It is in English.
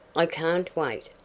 i can't wait,